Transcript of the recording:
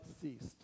ceased